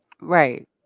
Right